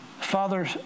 Father